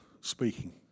speaking